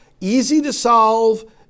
easy-to-solve